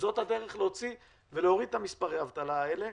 זאת הדרך להוריד את מספרי האבטלה האלה,